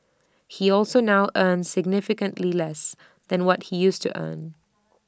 he also now earns significantly less than what he used to earn